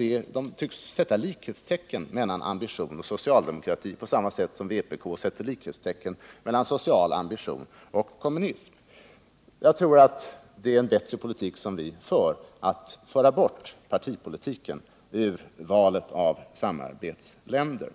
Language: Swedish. Men de tycks sätta likhetstecken mellan ambition och socialdemokrati på samma sätt som vpk sätter likhetstecken mellan social ambition och kommunism. Jag tror att det är bättre med den politik som vi för, att ta bort partipolitiken från valet av samarbetsländer.